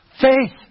faith